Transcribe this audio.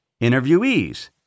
interviewees